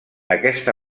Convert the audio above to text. aquesta